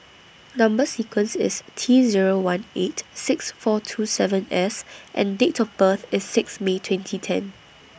Number sequence IS T Zero one eight six four two seven S and Date of birth IS six May twenty ten